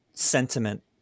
sentiment